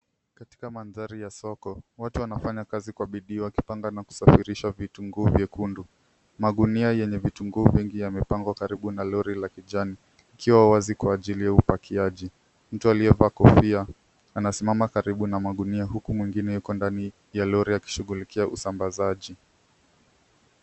Katika mandhari ya soko, watu wanafanya kazi kwa bidii wakipanga na kusafirisha vitunguu vyekundu. Magunia yenye vitunguu vingi yamepangwa karibu na lori la kijani. Ikiwa wazi kwa ajili ya upakiaji. Mtu aliyevaa kofia, anasimama karibu na magunia huku mwingine yuko ndani ya lori akishughulikia usambazaji.